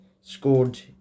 scored